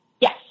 Yes